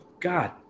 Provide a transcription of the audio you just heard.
God